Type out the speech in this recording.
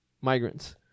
migrants